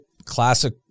Classic